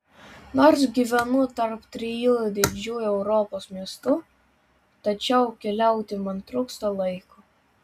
nors gyvenu tarp trijų didžių europos miestų tačiau keliauti man trūksta laiko